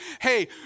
hey